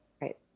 Right